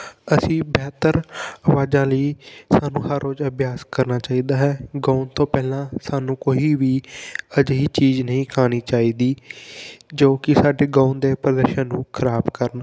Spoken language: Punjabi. ਅਸੀਂ ਬਿਹਤਰ ਆਵਾਜ਼ਾਂ ਲਈ ਸਾਨੂੰ ਹਰ ਰੋਜ਼ ਅਭਿਆਸ ਕਰਨਾ ਚਾਹੀਦਾ ਹੈ ਗਾਉਣ ਤੋਂ ਪਹਿਲਾਂ ਸਾਨੂੰ ਕੋਈ ਵੀ ਅਜਿਹੀ ਚੀਜ਼ ਨਹੀਂ ਖਾਣੀ ਚਾਹੀਦੀ ਜੋ ਕਿ ਸਾਡੇ ਗਾਉਣ ਦੇ ਪ੍ਰਦਰਸ਼ਨ ਨੂੰ ਖਰਾਬ ਕਰਨ